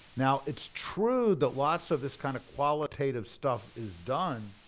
now, it's true that lots of this kind of qualitative stuff is done,